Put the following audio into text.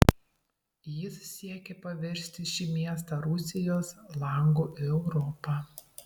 jis siekė paversti šį miestą rusijos langu į europą